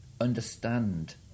understand